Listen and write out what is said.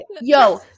yo